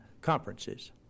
conferences